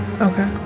Okay